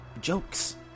jokes